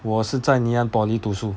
我是在 Ngee Ann poly 读书